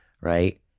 right